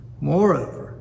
Moreover